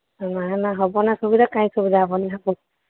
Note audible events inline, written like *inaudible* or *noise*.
ନାଁ ନାଁ ହେବ ନା ସୁବିଧା କାଇଁ ସୁବିଧା ହେବନି *unintelligible*